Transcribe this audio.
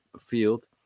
Field